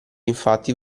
infatti